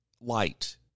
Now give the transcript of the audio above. light